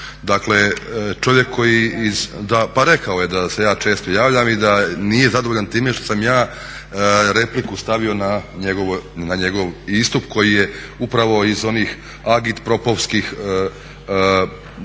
Dakle čovjek koji, pa rekao je da se ja često javljam i da nije zadovoljan time što sam ja repliku stavio na njegov istup koji je upravo iz onih agitpropovskih